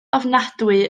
ofnadwy